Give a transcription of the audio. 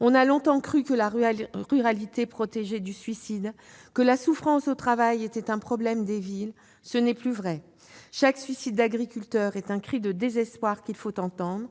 on a longtemps cru que la ruralité protégeait du suicide et que la souffrance au travail était un problème des villes. Ce n'est plus vrai ! Chaque suicide d'agriculteur est un cri de désespoir qu'il faut entendre.